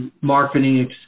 marketing